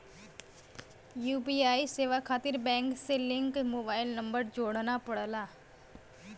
UPI सेवा खातिर bank से लिंक मोबाइल नंबर जोड़ना पड़ला